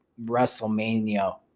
WrestleMania